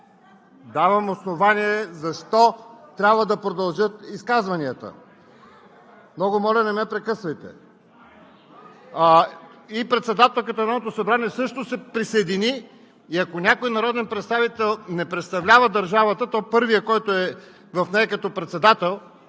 Давам основание защо трябва да продължат изказванията. Много моля, не ме прекъсвайте! (Шум и реплики.) И председателката на Народното събрание също се присъедини, и ако някой народен представител не представлява държавата, то първият, който е в нея като председател